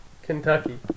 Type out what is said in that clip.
Kentucky